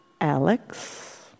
Alex